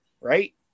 right